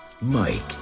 Mike